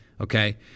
Okay